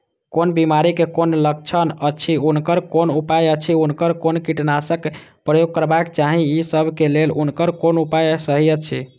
कोन बिमारी के कोन लक्षण अछि उनकर कोन उपाय अछि उनकर कोन कीटनाशक प्रयोग करबाक चाही ई सब के लेल उनकर कोन उपाय सहि अछि?